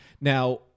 Now